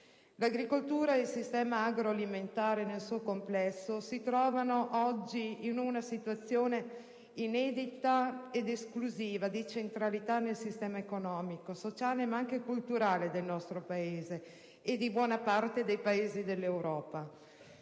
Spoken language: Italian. L'agricoltura e il sistema agroalimentare, nel suo complesso, si trovano oggi in una situazione inedita ed esclusiva di centralità nel sistema economico, sociale ma anche culturale del nostro Paese e di buona parte dei Paesi dell'Europa.